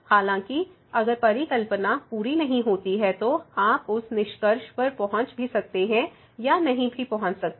हालांकि अगर परिकल्पना पूरी नहीं होती है तो आप उस निष्कर्ष पर पहुँच भी सकते हैं या नहीं भी पहुँच सकते